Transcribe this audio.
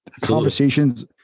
conversations